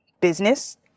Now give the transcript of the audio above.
Business